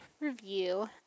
review